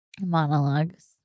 monologues